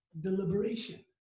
deliberation